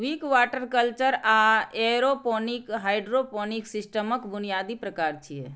Wick, water culture आ aeroponic hydroponic सिस्टमक बुनियादी प्रकार छियै